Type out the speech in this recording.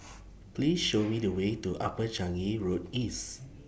Please Show Me The Way to Upper Changi Road East